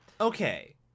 Okay